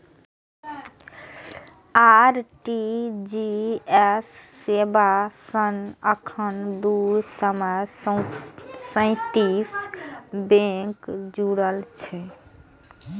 RTGS सेवा सं एखन दू सय सैंतीस बैंक जुड़ल छै